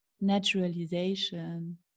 naturalization